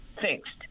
fixed